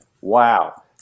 wow